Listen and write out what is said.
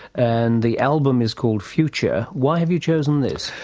and the album is called future. why have you chosen this?